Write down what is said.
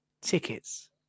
tickets